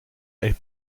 est